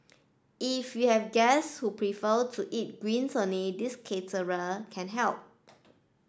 if you have guests who prefer to eat greens only this caterer can help